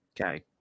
Okay